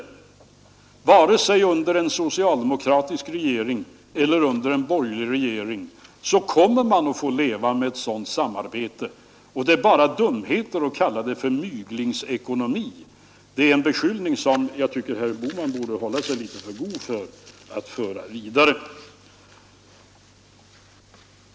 Antingen vi har en socialdemokratisk regering eller en borgerlig regering kommer man att få leva med ett sådant samarbete, och det är bara dumheter att kalla det för myglingsekonomi. Jag tycker herr Bohman borde hålla sig litet för god för att föra vidare en sådan beskyllning.